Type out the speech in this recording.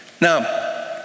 now